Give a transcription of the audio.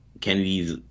Kennedy's